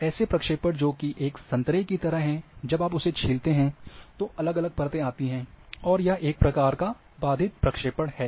ऐसे प्रक्षेपण जो की एक संतरे की तरह हैं जब आप उसे छीलते हैं तो अलग परतें आती हैं और यह एक प्रकार का बाधित प्रक्षेपण है